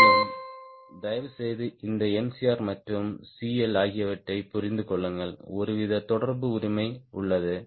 மேலும் தயவுசெய்து இந்த Mcr மற்றும் CL ஆகியவற்றைப் புரிந்து கொள்ளுங்கள் ஒருவித தொடர்பு உரிமை உள்ளது